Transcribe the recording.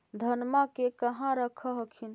धनमा के कहा रख हखिन?